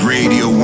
Radio